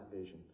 vision